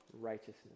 righteousness